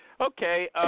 Okay